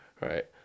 right